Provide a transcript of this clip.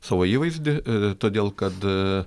savo įvaizdį todėl kad